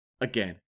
again